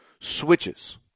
switches